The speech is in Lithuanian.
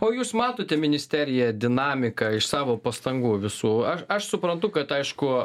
o jūs matote ministerija dinamiką iš savo pastangų visų aš aš suprantu kad aišku